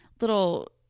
little